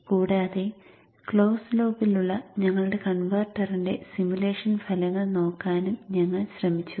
കൂടാതെ ക്ലോസ് ലൂപ്പിലുള്ള ഞങ്ങളുടെ കൺവെർട്ടറിന്റെ സിമുലേഷൻ ഫലങ്ങൾ നോക്കാനും ഞങ്ങൾ ശ്രമിച്ചു